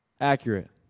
Accurate